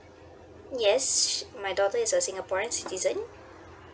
yes my daughter is a singaporeans citizen